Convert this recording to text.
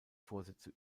vorsätze